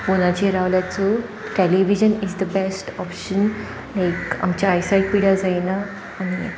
फोनाचेर रावल्यात सो television is the best option like आमच्या आयसायट पिड्यार जायना आनी